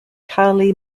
kali